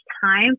time